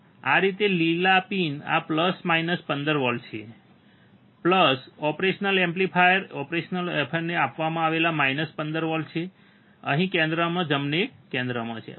આ રીતે લીલા પિન આ પ્લસ માઇનસ 15 વોલ્ટેજ છે પ્લસ ઓપરેશન એમ્પ્લીફાયર ઓપરેશનલ અફેરને આપવામાં આવેલા માઇનસ 15 વોલ્ટ છે અહીં કેન્દ્રમાં જમણે કેન્દ્રમાં છે